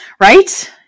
right